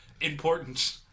important